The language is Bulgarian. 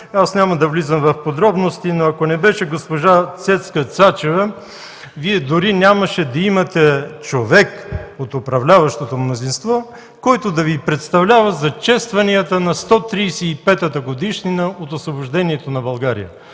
Аз няма да влизам в подробности, но ако не беше госпожа Цецка Цачева, Вие дори нямаше да имате човек от управляващото мнозинство, който да Ви представлява за честванията на 135-ата годишнина от Освобождението на България!